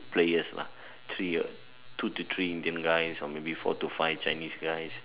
players lah three or two to three Indian guys or maybe four to five Chinese guys